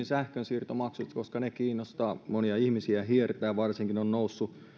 sähkönsiirtomaksuista koska ne kiinnostavat monia ihmisiä hiertävät varsinkin ne ovat nousseet